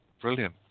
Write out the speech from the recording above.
Brilliant